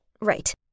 right